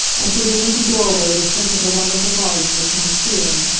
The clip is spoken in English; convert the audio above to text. and through the leafy doorway the scent of the wonderful garden would come stealing.